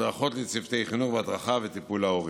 הדרכות לצוותי חינוך והדרכה וטיפול להורים.